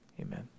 amen